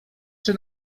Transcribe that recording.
czy